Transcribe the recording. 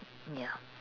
ya